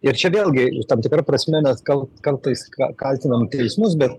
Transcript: ir čia vėlgi tam tikra prasme mes gal kartais ka kaltinam teismus bet